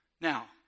Now